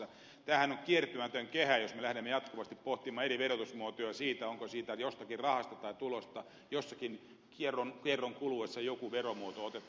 tämähän on loppuun kiertymätön kehä jos me lähdemme jatkuvasti pohtimaan eri verotusmuotoja siitä onko jostakin rahasta tai tulosta jossakin kierron kuluessa joku veromuoto otettu